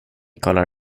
kollar